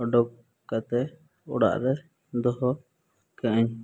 ᱚᱰᱳᱠ ᱠᱟᱛᱮᱫ ᱚᱲᱟᱜ ᱨᱮ ᱫᱚᱦᱚ ᱠᱟᱜ ᱟᱹᱧ